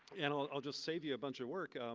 and i'll just save you a bunch of work.